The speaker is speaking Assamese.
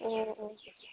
অঁ